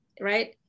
right